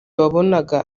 babonaga